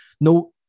No